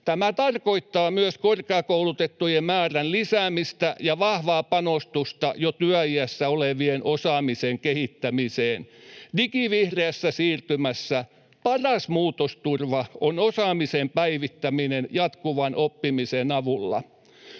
Tämä tarkoittaa myös korkeakoulutettujen määrän lisäämistä ja vahvaa panostusta jo työiässä olevien osaamisen kehittämiseen. Digivihreässä siirtymässä paras muutosturva on osaamisen päivittäminen jatkuvan oppimisen avulla.